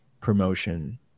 promotion